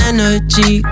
Energy